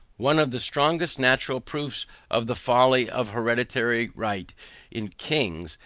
one of the strongest natural proofs of the folly of hereditary right in kings,